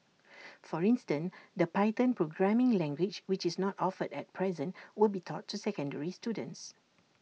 for instance the python programming language which is not offered at present will be taught to secondary students